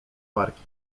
parki